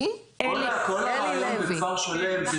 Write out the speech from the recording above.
כל הרעיון בכפר שלם זה